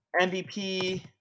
MVP